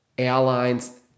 Airlines